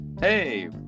Hey